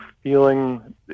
feeling